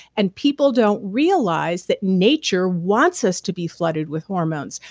and people don't realize that nature wants us to be flooded with hormones.